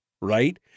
Right